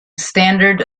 standard